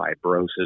fibrosis